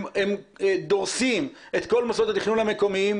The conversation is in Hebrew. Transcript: הם דורסים את כל מוסדות התכנון המקומיים.